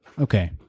okay